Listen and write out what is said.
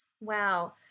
Wow